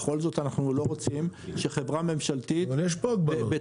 בכל זאת אנחנו לא רוצים שחברה ממשלתית בתקציבים